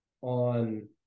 on